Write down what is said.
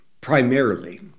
primarily